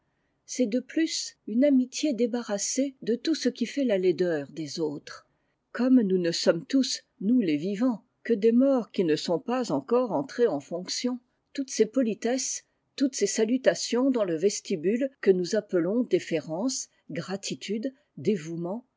c'est de plus une amitié débarrassée de tout ce qui fait la laideur des autres comme nous ne sommes tous nous les vivants que des morts qui ne sont pas encore entrés en fonctions toutes ces politesses toutes ces salutations dans le vestibule que nous appelons déférence gratitude dévouement